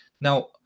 Now